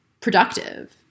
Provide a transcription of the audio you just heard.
productive